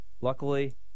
Luckily